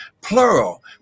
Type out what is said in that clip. plural